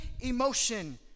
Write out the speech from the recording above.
emotion